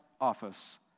office